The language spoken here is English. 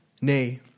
Nay